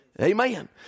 Amen